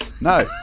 No